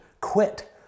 Quit